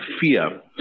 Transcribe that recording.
fear